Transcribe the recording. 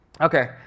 Okay